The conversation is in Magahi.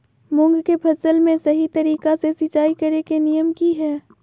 मूंग के फसल में सही तरीका से सिंचाई करें के नियम की हय?